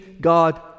God